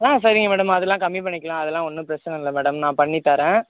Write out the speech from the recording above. சரிங்க மேடம் அதுலாம் கம்மி பண்ணிக்கலாம் அதுலாம் ஒன்றும் பிரச்சனை இல்லை மேடம் நான் பண்ணித் தாரேன்